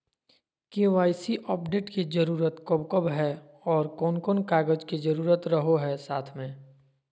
KYC update के जरूरत कब कब है और कौन कौन कागज के जरूरत रहो है साथ में?